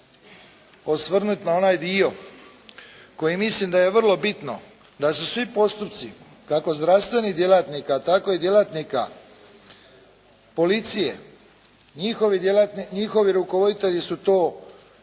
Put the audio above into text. osvrnuti na onaj dio koji mislim da je vrlo bitno da su svi postupci kako zdravstvenih djelatnika tako i djelatnika policije, njihovi rukovoditelji su to